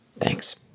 Thanks